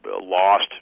lost